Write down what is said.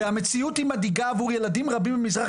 והמציאות היא מדאיגה עבור ילדים רבים ממזרח